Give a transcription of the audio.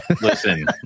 listen